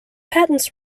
patents